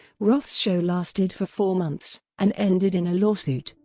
roth's show lasted for four months, and ended in a lawsuit.